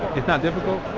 it's not difficult?